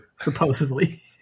Supposedly